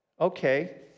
Okay